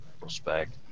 respect